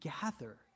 gather